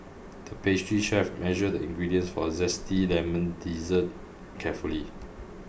the pastry chef measured the ingredients for a zesty lemon dessert carefully